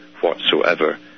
whatsoever